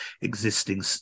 existing